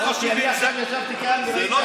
כי אני ישבתי עכשיו כאן וראיתי את, תבדוק.